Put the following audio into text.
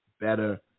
better